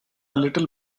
little